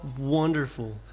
wonderful